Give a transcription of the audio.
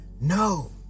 No